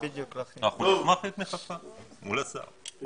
אנחנו נשמח לתמיכתך מול השר.